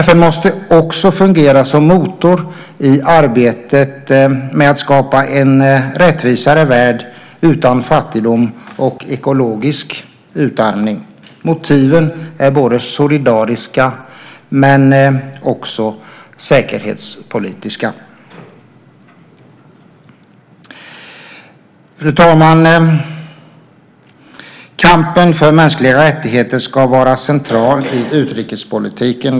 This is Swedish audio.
FN måste också fungera som motor i arbetet med att skapa en rättvisare värld utan fattigdom och ekologisk utarmning. Motiven är både solidariska och säkerhetspolitiska. Fru talman! Kampen för mänskliga rättigheter ska vara central i utrikespolitiken.